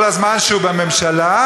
כל זמן שהוא בממשלה,